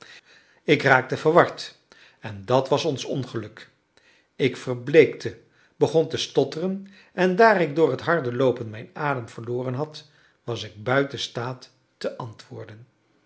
ik raakte verward en dat was ons ongeluk ik verbleekte begon te stotteren en daar ik door het harde loopen mijn adem verloren had was ik buiten staat te antwoorden